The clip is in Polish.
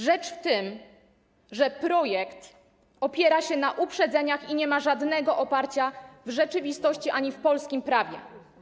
Rzecz w tym, że projekt opiera się na uprzedzeniach i nie ma żadnego oparcia w rzeczywistości ani w polskim prawie.